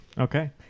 Okay